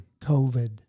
COVID